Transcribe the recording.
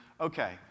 Okay